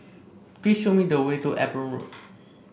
please show me the way to Eben Road